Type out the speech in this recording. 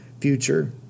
future